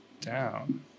down